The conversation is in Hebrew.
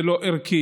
זה לא ערכי.